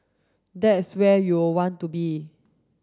that's where you'll want to be